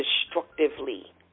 destructively